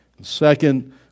Second